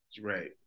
right